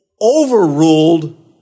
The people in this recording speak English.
overruled